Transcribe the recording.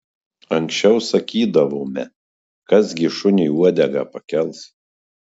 anksčiau sakydavome kas gi šuniui uodegą pakels